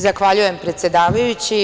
Zahvaljujem, predsedavajući.